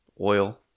oil